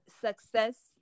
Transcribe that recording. success